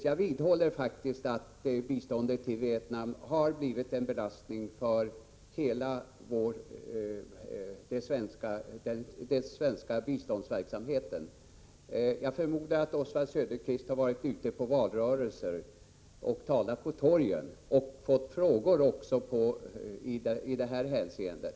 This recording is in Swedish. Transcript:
Jag vidhåller, Oswald Söderqvist, att biståndet till Vietnam har blivit en belastning för hela den svenska biståndsverksamheten. Jag förmodar att Oswald Söderqvist har varit ute i valrörelser och talat på torg där han fått frågor också i detta hänseende.